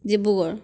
Dibrugarh